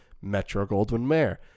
Metro-Goldwyn-Mayer